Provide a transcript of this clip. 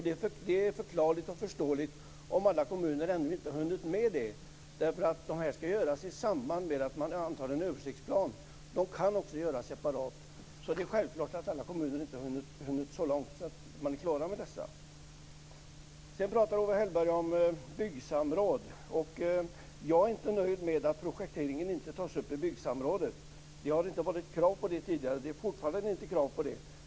Det är därför förklarligt och förståeligt om alla kommuner ännu inte har hunnit med det, eftersom de skall göras i samband med att man antar en översiktsplan. De kan också göras separat. Det är självklart att alla kommuner inte är klara med dessa. Owe Hellberg talade om byggsamråd. Jag är inte nöjd med att projekteringen inte tas upp i byggsamrådet. Det har inte varit krav på detta tidigare, och det är fortfarande inte krav på det.